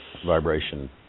Vibration